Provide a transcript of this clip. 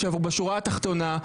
בשורה התחתונה,